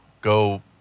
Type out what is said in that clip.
Go